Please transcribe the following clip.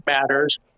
matters